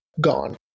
Gone